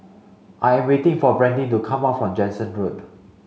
I am waiting for Brandyn to come back from Jansen Road